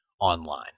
online